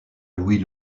louis